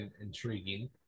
intriguing